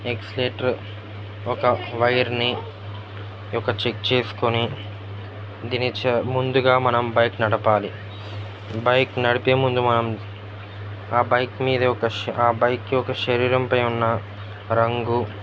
ఎక్స్లేటర్ ఒక వైర్ని యొక్క చెక్ చేసుకొని దీని చ ముందుగా మనం బైక్ నడపాలి బైక్ నడిపే ముందు మనం ఆ బైక్ మీద ఒక ఆ బైక్ యొక్క శరీరంపై ఉన్న రంగు